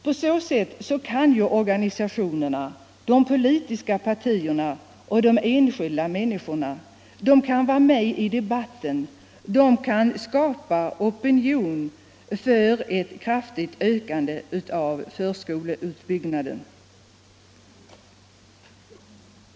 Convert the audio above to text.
På så sätt kan organisationen, de politiska partierna och de enskilda människorna vara med i debatten och skapa opinion för en kraftigt ökad förskoleutbyggnad.